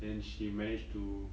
then she managed to